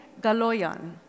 Galoyan